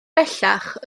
bellach